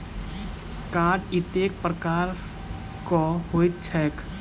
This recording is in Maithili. कार्ड कतेक प्रकारक होइत छैक?